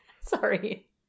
Sorry